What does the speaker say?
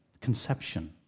conception